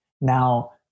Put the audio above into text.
now